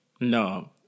no